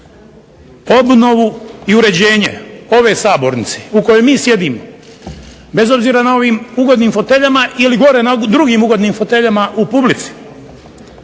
obnovu i uređenje ove sabornice u kojoj mi sjedimo, bez obzira na ovim ugodnim foteljama ili gore na drugim ugodnim foteljama u publici,